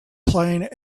playing